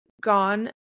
gone